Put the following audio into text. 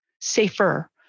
safer